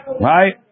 Right